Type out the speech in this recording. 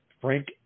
Frank